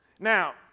Now